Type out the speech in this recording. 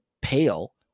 pale